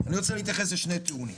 אני רוצה להתייחס לשני טיעונים.